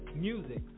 Music